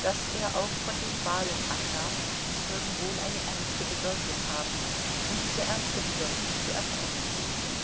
daß er auch von den wahlen annahm sie würden wohl eine ernste bedeutung haben und diese ernste bedeutung zu erkennen suchte